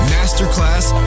Masterclass